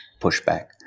pushback